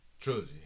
trilogy